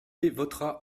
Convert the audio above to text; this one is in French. votera